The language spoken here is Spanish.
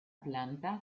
planta